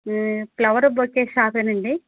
flower bouquet షాపా అండి